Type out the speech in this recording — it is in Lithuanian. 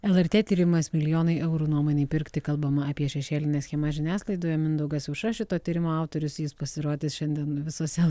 lrt tyrimas milijonai eurų nuomonei pirkti kalbama apie šešėlinę schemą žiniasklaidoje mindaugas aušra šito tyrimo autorius jis pasirodys šiandien visose